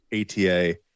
ATA